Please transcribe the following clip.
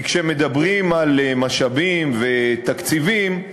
כי כשמדברים על משאבים ותקציבים,